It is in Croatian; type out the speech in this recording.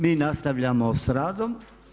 Mi nastavljamo s radom.